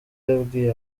yabwiye